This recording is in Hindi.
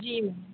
जी मैम